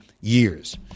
years